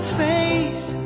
face